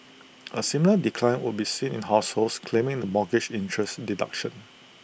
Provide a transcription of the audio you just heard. A similar decline would be seen in households claiming the mortgage interest deduction